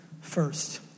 first